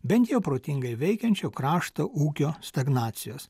bent jo protingai veikiančio krašto ūkio stagnacijos